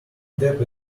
depp